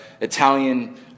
Italian